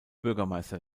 bürgermeister